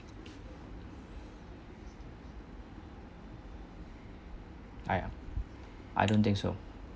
I I don't think so